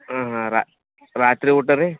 ಹಾಂ ಹಾಂ ರಾತ್ರಿ ಊಟ ರೀ